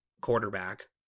quarterback